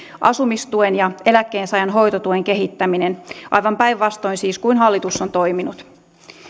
asumistuen ja eläkkeensaajan hoitotuen kehittäminen aivan päinvastoin siis kuin hallitus on toiminut